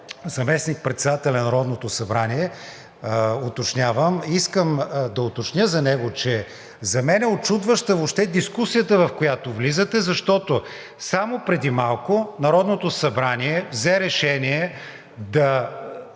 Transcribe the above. заместник-председателят на Народното събрание, уточнявам – искам да уточня за него, че за мен е учудваща въобще дискусията, в която влизате, защото само преди малко Народното събрание взе решение да